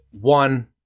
One